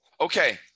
Okay